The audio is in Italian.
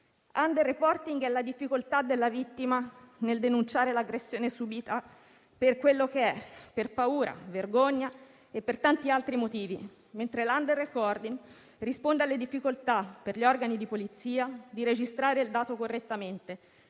L'*under-reporting* è la difficoltà della vittima nel denunciare l'aggressione subita per quello che è, per paura, vergogna e per tanti altri motivi, mentre l'*under-recording* risponde alle difficoltà, per gli organi di Polizia, di registrare il dato correttamente,